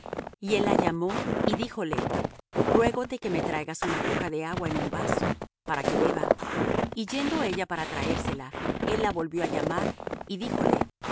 y él la llamó y díjole ruégote que me traigas una poca de agua en un vaso para que beba y yendo ella para traérsela él la volvió á llamar y díjole